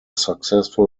successful